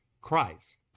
Christ